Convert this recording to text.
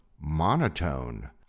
monotone